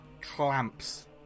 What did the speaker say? clamps